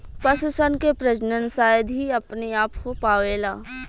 पशु सन के प्रजनन शायद ही अपने आप हो पावेला